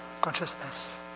consciousness